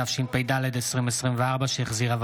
אושרה בקריאה הראשונה ותעבור לדיון